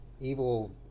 evil